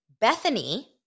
Bethany